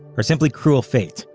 or simply cruel fate.